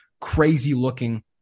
crazy-looking